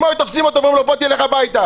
אם היו תופסים אותו ואומרים לו: לך הביתה,